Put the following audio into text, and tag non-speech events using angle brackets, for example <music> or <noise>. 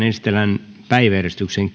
<unintelligible> esitellään päiväjärjestyksen <unintelligible>